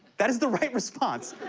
that is the right response.